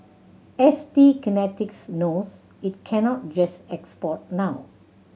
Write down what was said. S T Kinetics knows it cannot just export now